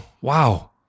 wow